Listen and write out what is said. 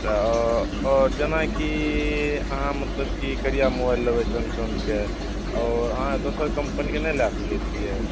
तऽ जेनाकि अहाँ मतलब कि करिया मोबाइल लेबै सैमसंगके आओर अहाँ दोसर कम्पनीके नहि लए सकै छियै